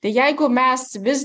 tai jeigu mes vis